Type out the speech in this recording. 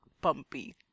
bumpy